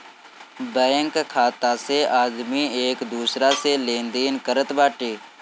bank खाता से आदमी एक दूसरा से लेनदेन करत बाटे